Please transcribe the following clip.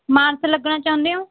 ਮਾਨਸਾ ਲੱਗਣਾ ਚਾਹੁੰਦੇ ਹੋ